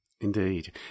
Indeed